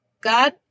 God